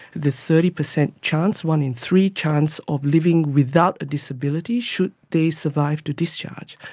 the thirty percent chance, one in three chance of living without a disability should they survive to discharge.